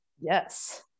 Yes